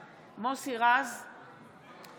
(חברת הכנסת אורית מלכה סטרוק יוצאת מאולם המליאה.)